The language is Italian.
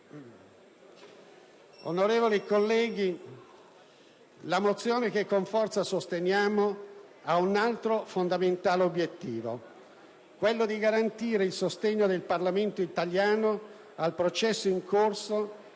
Onorevoli colleghi, la mozione che con forza sosteniamo ha un altro fondamentale obiettivo: garantire il sostegno del Parlamento italiano al processo in corso